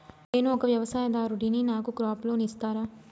నేను ఒక వ్యవసాయదారుడిని నాకు క్రాప్ లోన్ ఇస్తారా?